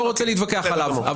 לא רוצה להתווכח עליו.